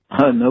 no